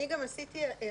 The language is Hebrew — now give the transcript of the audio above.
אני גם עשיתי השוואה.